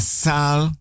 sal